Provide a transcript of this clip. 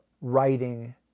writing